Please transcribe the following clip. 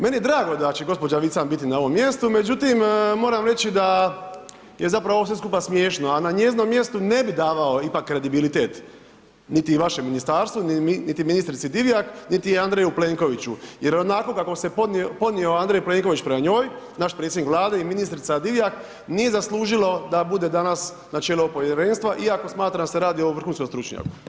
Meni je drago da će gđa. Vican biti na ovom mjestu, međutim, moram reći, da je zapravo ovo sve skupa smiješno, a na njezinom mjestu ne bi davao ipak kredibilitet niti vašem ministarstvu, niti ministrici Divjak, niti Andreju Plenkoviću, jer onako kako se podnio Andrej Plenković prema njoj, naš predsjednik Vlade i ministrica Divjak, nije zaslužilo da bude danas na čelu ovog povjerenstva iako smatram da se radi o vrhunskom stručnjaku.